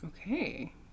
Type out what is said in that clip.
Okay